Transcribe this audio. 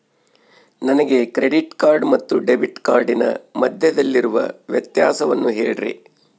ನನಗೆ credit card ಮತ್ತು debit ಕಾರ್ಡಿನ ಮಧ್ಯದಲ್ಲಿರುವ ವ್ಯತ್ಯಾಸವನ್ನು ಹೇಳ್ರಿ?